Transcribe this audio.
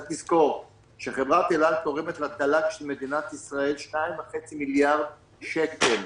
צריך לזכור שחברת אל-על תורמת לתל"ג של מדינת ישראל 5.2 מיליארד שקל.